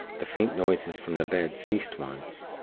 the faint noises from the bed ceased once,